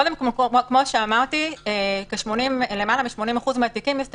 קודם כול הביקורת הזו והבקרה שלנו היא טובה.